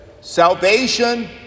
Salvation